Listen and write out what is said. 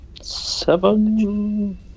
Seven